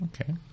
Okay